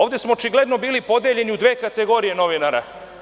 Ovde smo očigledno bili podeljeni u dve kategorije novinara.